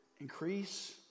increase